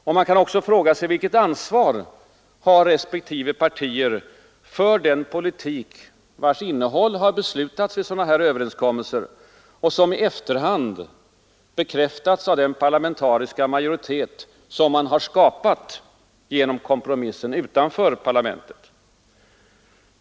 De kan också fråga sig: Vilket ansvar har respektive partier för den politik vars innehåll har beslutats i sådana här överenskommelser och som i efterhand bekräftats av den parlamentariska majoritet som man har skapat genom kompromissen utanför parlamentet?